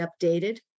updated